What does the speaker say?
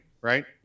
right